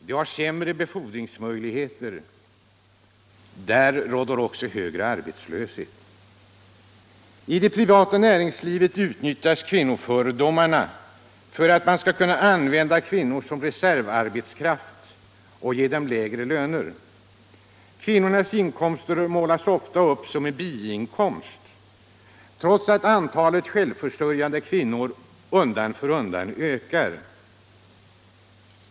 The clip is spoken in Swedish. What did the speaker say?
De har sämre befordringsmöjligheter, och det råder bland dem högre arbetslöshet. I det privata näringslivet utnyttjas kvinnofördomarna för att man skall kunna använda kvinnor som reservarbetskraft och ge dem lägre löner. Kvinnornas inkomster målas ofta upp som biinkomster, trots att antalet självförsörjande kvinnor undan för undan ökar.